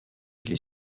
les